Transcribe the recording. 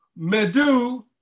medu